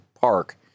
park